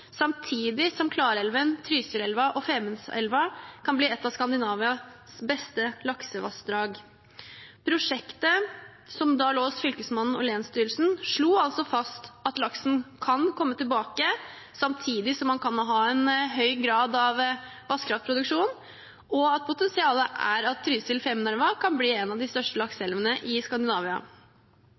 som Klarälven, Trysilelva och Femundelva kan bli ett av Skandinaviens bästa laxvattendrag.» Prosjektet, som da lå hos Fylkesmannen og Länsstyrelsen, slo altså fast at laksen kan komme tilbake, samtidig som man kan ha en høy grad av vannkraftproduksjon, og at potensialet er at Trysil- og Femundvassdraget kan bli en av de største lakseelvene i Skandinavia.